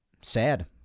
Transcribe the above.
sad